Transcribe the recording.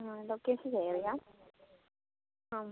location share ചെയ്യാം ആ